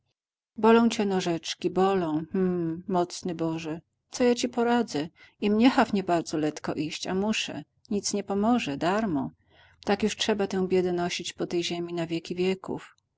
bolą cię nożeczki bolą hm mocny boże co ja ci poradzę i mnie haw niebardzo letko iść a muszę nic nie pomoże darmo tak już trzeba tę biedę nosić po tej ziemi na wieki wieków